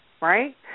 right